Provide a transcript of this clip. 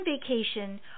vacation